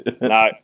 No